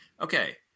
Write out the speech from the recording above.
okay